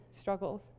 struggles